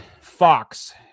Fox